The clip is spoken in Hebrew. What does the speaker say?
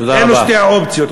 אלו שתי האופציות.